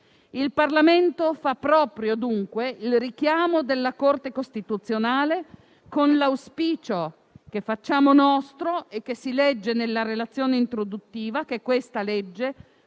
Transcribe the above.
Il Parlamento fa proprio, dunque, il richiamo della Corte costituzionale, con l'auspicio, che facciamo nostro e che si legge nella relazione introduttiva, che questo disegno